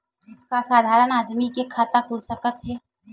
का साधारण आदमी के खाता खुल सकत हे?